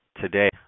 today